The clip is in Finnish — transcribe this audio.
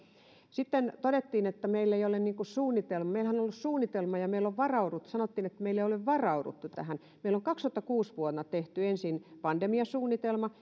sitten todettiin että meillä ei ole suunnitelmaa meillähän on ollut suunnitelma ja meillä on varauduttu sanottiin että meillä ei ole varauduttu tähän meillä on vuonna kaksituhattakuusi tehty ensin pandemiasuunnitelma